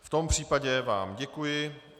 V tom případě vám děkuji.